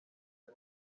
gen